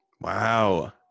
Wow